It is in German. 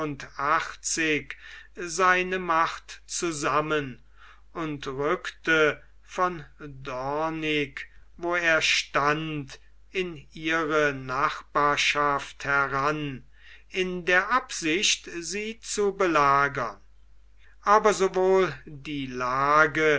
seine macht zusammen und rückte von dornick wo er stand in ihre nachbarschaft heran in der absicht sie zu belagern aber sowohl die lage